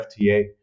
FTA